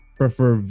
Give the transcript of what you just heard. prefer